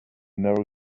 narrow